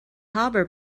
haber